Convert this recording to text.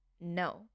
no